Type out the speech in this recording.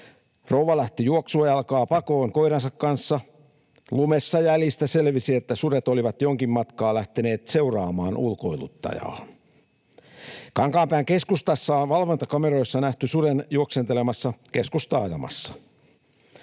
Rouva lähti juoksujalkaa pakoon koiransa kanssa. Lumessa jäljistä selvisi, että sudet olivat jonkin matkaa lähteneet seuraamaan ulkoiluttajaa. Kankaanpään keskustassa on valvontakameroissa nähty susi juoksentelemassa keskustaajamassa.